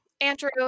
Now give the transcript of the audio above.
Andrew